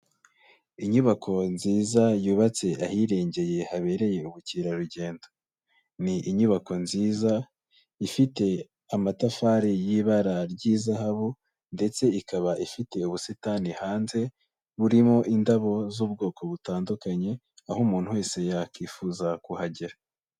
Inyubako nziza yubatse ahirengeye habereye ubukerarugendo. Ni inyubako nziza, ifite amatafari y'ibara ry'izahabu ndetse ikaba ifite ubusitani hanze, burimo indabo z'ubwoko butandukanye, aho umuntu wese yakwifuza kuhagera.